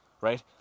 right